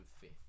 fifth